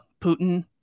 Putin